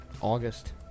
August